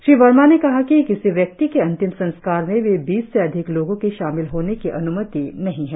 श्री वर्मा ने कहा कि किसी व्यक्ति के अंतिम संस्कार में भी बीस से अधिक लोगों के शामिल होने की अन्मति नहीं है